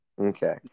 Okay